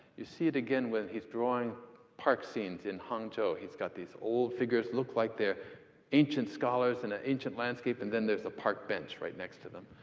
you see it again when he's drawing park scenes in hangzhou. he's got these old figures who look like they're ancient scholars in an ancient landscape. and then there's a park bench right next to them.